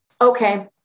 Okay